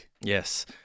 Yes